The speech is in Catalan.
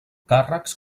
càrrecs